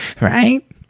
Right